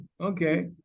Okay